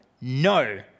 No